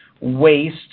waste